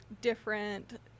different